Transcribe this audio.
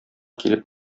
килеп